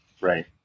Right